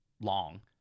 long